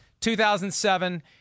2007